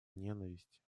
ненависть